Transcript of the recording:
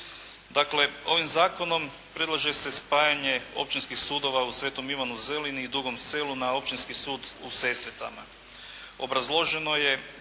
Dakle, ovim zakonom predlaže se spajanje općinskih sudova u Svetom Ivanu Zelini i Dugom Selu na Općinski sud u Sesvetama. Obrazloženo je